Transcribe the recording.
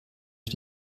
wie